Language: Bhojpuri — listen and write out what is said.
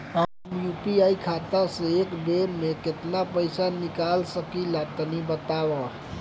हम यू.पी.आई खाता से एक बेर म केतना पइसा निकाल सकिला तनि बतावा?